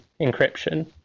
encryption